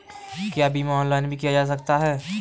क्या बीमा ऑनलाइन भी किया जा सकता है?